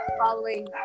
following